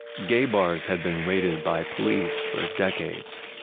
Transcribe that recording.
gay bars had been raided by police for decades.